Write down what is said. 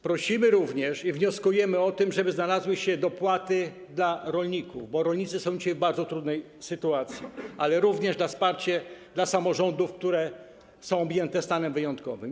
Prosimy również i wnioskujemy o to, żeby znalazły się środki na dopłaty dla rolników, bo rolnicy są dzisiaj w bardzo trudnej sytuacji, ale również na wsparcie dla samorządów, które są objęte stanem wyjątkowym.